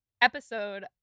episode